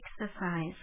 exercise